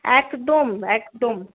একদম একদম